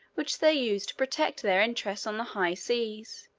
which they used to protect their interests on the high seas,